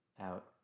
out